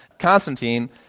Constantine